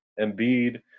Embiid